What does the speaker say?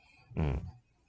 mm